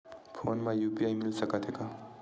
Phone UPI यू.पी.आई मिल सकत हे का?